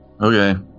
Okay